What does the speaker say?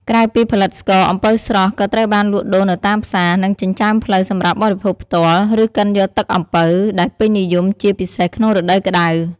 ក្រៅពីផលិតស្ករ អំពៅស្រស់ ក៏ត្រូវបានលក់ដូរនៅតាមផ្សារ និងចិញ្ចើមផ្លូវសម្រាប់បរិភោគផ្ទាល់ ឬកិនយកទឹកអំពៅ ដែលពេញនិយមជាពិសេសក្នុងរដូវក្តៅ។